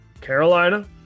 Carolina